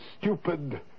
stupid